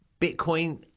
Bitcoin